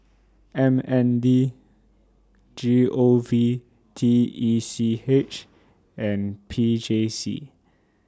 M N D G O V T E C H and P J C